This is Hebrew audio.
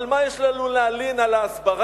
אבל מה יש לנו להלין על הסברה,